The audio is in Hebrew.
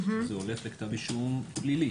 זה הולך לכתב אישום פלילי.